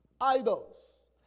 idols